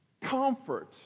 Comfort